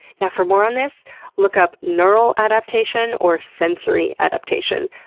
yeah for more on this look up neural adaptation or sensory adaptation.